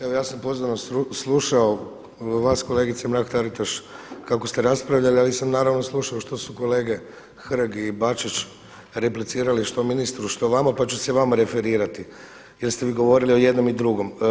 Evo ja sam pozorno slušao vas kolegice Mrak-Taritaš kako ste raspravljali ali ja nisam naravno slušao što su kolege Hrg i Bačić replicirali što ministru, što vama, pa ću se vama referirati jer ste vi govorili o jednom i drugom.